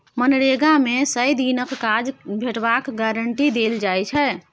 मनरेगा मे सय दिनक काज भेटबाक गारंटी देल जाइ छै